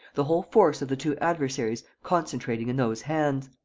the whole force of the two adversaries concentrating in those hands.